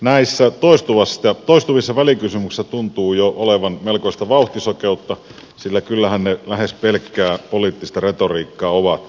näissä toistuvissa välikysymyksissä tuntuu jo olevan melkoista vauhtisokeutta sillä kyllähän ne lähes pelkkää poliittista retoriikkaa ovat